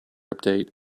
update